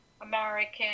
American